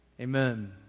Amen